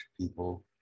people